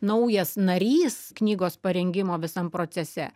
naujas narys knygos parengimo visam procese